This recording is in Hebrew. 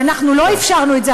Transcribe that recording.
ואנחנו לא אפשרנו את זה,